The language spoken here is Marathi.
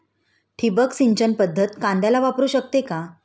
ठिबक सिंचन पद्धत कांद्याला वापरू शकते का?